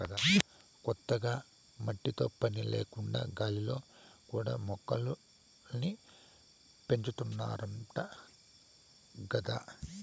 కొత్తగా మట్టితో పని లేకుండా గాలిలో కూడా మొక్కల్ని పెంచాతన్నారంట గదా